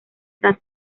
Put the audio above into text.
tras